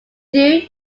still